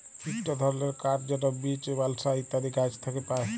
ইকট ধরলের কাঠ যেট বীচ, বালসা ইত্যাদি গাহাচ থ্যাকে পায়